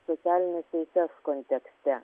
socialines teises kontekste